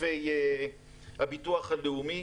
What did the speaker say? כתפי הביטוח הלאומי,